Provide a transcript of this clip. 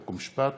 חוק ומשפט,